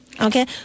okay